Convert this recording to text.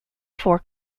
four